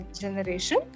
generation